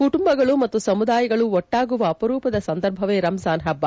ಕುಟುಂಬಗಳು ಮತ್ತು ಸಮುದಾಯಗಳು ಒಟ್ಲಾಗುವ ಅಪರೂಪದ ಸಂದರ್ಭವೇ ರಂಜಾನ್ ಪಬ್ಲ